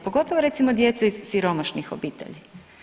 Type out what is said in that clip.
Pogotovo recimo djece iz siromašnih obitelji.